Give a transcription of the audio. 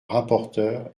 rapporteur